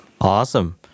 Awesome